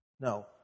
No